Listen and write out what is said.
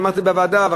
אמרתי את זה בוועדה,